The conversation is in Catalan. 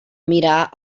mirar